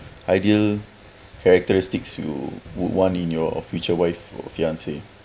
ideal characteristics you would want in your future wife or fiancee